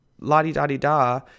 la-di-da-di-da